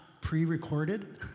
pre-recorded